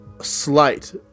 slight